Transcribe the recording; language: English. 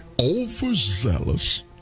overzealous